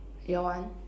your one